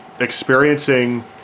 experiencing